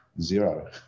zero